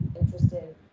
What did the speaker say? interested